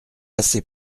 assez